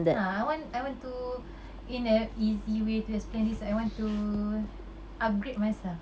ah I want I want to in a easy way to explain this I want to upgrade myself